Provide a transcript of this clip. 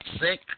sick